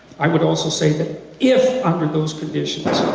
i would also say that if under those conditions,